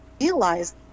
realize